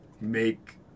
make